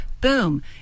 boom